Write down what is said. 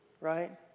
Right